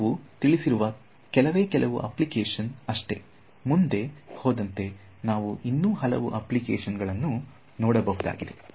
ನಾನು ಇಲ್ಲಿ ತಿಳಿಸಿರುವುದು ಕೆಲವೇ ಕೆಲವು ಅಪ್ಲಿಕೇಶನ್ ಅಷ್ಟೇ ಮುಂದೆ ಹೋದಂತೆ ನಾವು ಇನ್ನೂ ಹಲವು ಅಪ್ಲಿಕೇಶನ್ಸ್ ಗಳನ್ನು ನೋಡಬಹುದಾಗಿದೆ